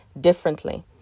differently